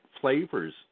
flavors